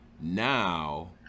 now